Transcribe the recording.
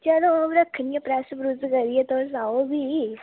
चलो अ'ऊं रक्खनियां प्रैस प्रुस करियै तुस आओ फ्ही